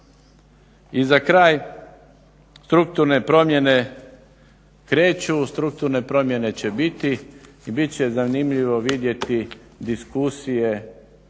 I za kraj. Strukturne promjene kreću, strukturne promjene će biti. I bit će zanimljivo vidjeti diskusije